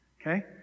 okay